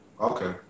Okay